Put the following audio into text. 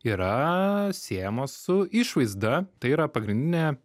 yra siejamos su išvaizda tai yra pagrindinė